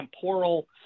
temporal